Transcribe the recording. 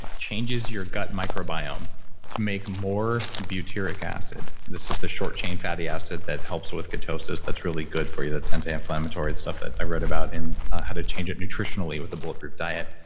changes your gut microbiome to make more butyric acid this is the short-chain fatty acid that helps with ketosis that's really good for you, that's anti-inflammatory stuff that i read about and how to change it nutritionally with the bulletproof diet,